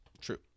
True